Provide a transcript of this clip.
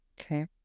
Okay